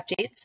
updates